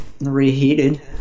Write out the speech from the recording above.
Reheated